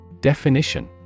Definition